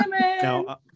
now